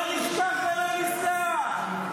לא נשכח ולא נסלח.